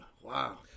wow